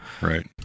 Right